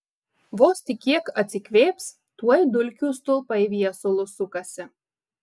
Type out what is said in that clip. vos tik kiek atsikvėps tuoj dulkių stulpai viesulu sukasi